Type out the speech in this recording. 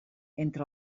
entre